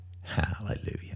Hallelujah